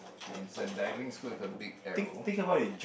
it's a diving school with a big arrow